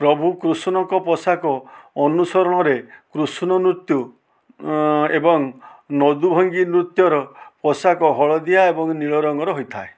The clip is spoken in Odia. ପ୍ରଭୁ କୃଷ୍ଣଙ୍କ ପୋଷାକ ଅନୁସରଣରେ କୃଷ୍ଣ ନୃତ୍ୟୁ ଏବଂ ନଦୁଭଙ୍ଗୀ ନୃତ୍ୟର ପୋଷାକ ହଳଦିଆ ଏବଂ ନୀଳ ରଙ୍ଗର ହୋଇଥାଏ